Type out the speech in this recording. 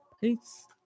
Peace